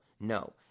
no